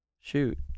shoot